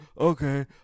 Okay